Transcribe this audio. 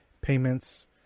payments